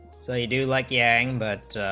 solely due like gang but